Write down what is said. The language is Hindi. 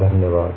धन्यवाद